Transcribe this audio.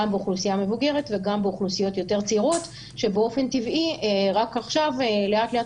גם באוכלוסיות יותר צעירות שבאופן טבעי רק עכשיו לאט לאט